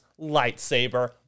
lightsaber